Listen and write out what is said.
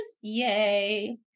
Yay